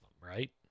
right